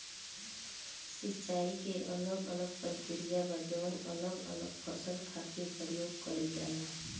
सिंचाई के अलग अलग प्रक्रिया बा जवन अलग अलग फसल खातिर प्रयोग कईल जाला